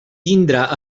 tindrà